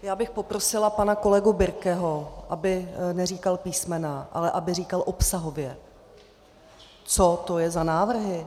Já bych poprosila pana kolegu Birkeho, aby neříkal písmena, ale aby říkal obsahově, co to je za návrhy.